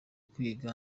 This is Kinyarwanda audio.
kwiga